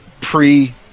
pre